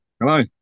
Hello